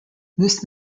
list